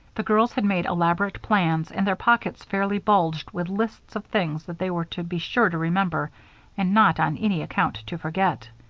the girls had made elaborate plans and their pockets fairly bulged with lists of things that they were to be sure to remember and not on any account to forget.